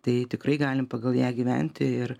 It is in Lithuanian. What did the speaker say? tai tikrai galim pagal ją gyventi ir